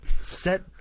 Set